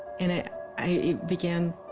and ah i begun.